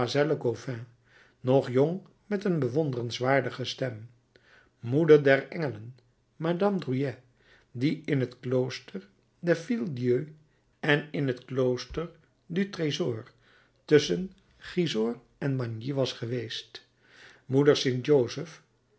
nog jong met een bewonderenswaardige stem moeder der engelen mlle drouet die in het klooster der filles dieu en in het klooster du trésor tusschen gisors en magny was geweest moeder st jozef